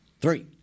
Three